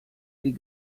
die